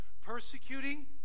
persecuting